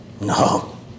No